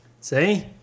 See